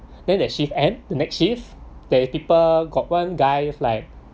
then that shift at the next shift there is people got one guy like